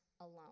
alone